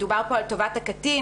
מדובר פה על טובת הקטין.